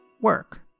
work